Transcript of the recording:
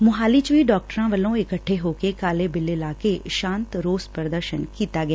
ਮੁਹਾਲੀ ਚ ਵੀ ਡਾਕਟਰਾ ਵੱਲੋ ਇਕੱਠੇ ਹੋ ਕੇ ਕਾਲੇ ਬਿੱਲੇ ਲਾ ਕੇ ਸਾਂਤਮਈ ਰੋਸ ਪ੍ਰਦਰਸ਼ਨ ਕੀਤਾ ਗਿਆ